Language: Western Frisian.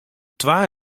twa